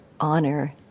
honor